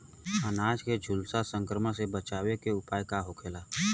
अनार के झुलसा संक्रमण से बचावे के उपाय का होखेला?